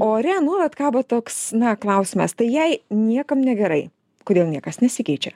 ore nuolat kabo toks na klausimas tai jei niekam negerai kodėl niekas nesikeičia